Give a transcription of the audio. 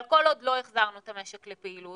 אבל כל עוד לא החזרנו את המשק לפעילות,